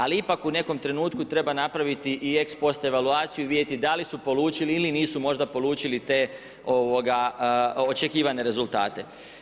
Ali ipak u nekom trenutku treba napraviti i ex post evaluaciju i vidjeti da li su polučili ili nisu možda polučili očekivane rezultate.